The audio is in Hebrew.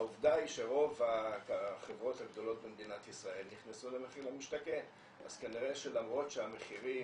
העובדה היא שרוב החברות הגדולות במדינת ישראל נכנסו ל'מחיר למשתכן',